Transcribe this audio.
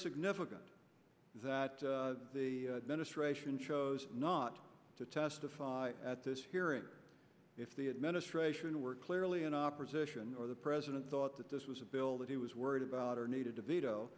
significant that the administration chose not to testify at this hearing if the administration were clearly an opposition or the president thought that this was a bill that he was worried about or needed to veto